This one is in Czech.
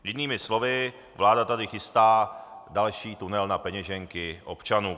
Jinými slovy, vláda tady chystá další tunel na peněženky občanů.